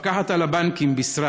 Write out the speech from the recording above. המפקחת על הבנקים בישרה